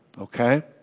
Okay